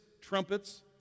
trumpets